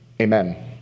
amen